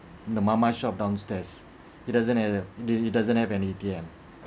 the mamak shop downstairs it doesn't have a it it doesn't have any A_T_M